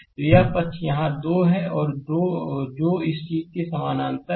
तो यह पक्ष यहाँ यह 2 है जो इस चीज़ के समानांतर है